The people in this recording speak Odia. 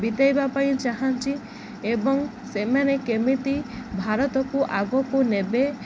ବିତାଇବା ପାଇଁ ଚାହାଁନ୍ତି ଏବଂ ସେମାନେ କେମିତି ଭାରତକୁ ଆଗକୁ ନେବେ